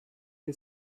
che